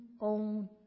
own